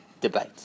debate